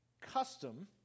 custom